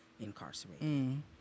incarcerated